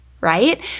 right